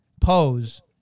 pose